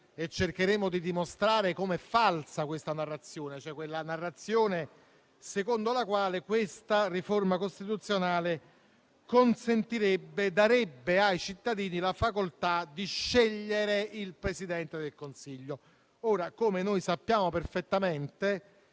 e cercheremo di dimostrare com'è falsa questa narrazione, quella secondo cui questa riforma costituzionale darebbe ai cittadini la facoltà di scegliere il Presidente del Consiglio. Come sappiamo perfettamente,